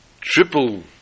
triple